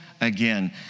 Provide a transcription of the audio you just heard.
again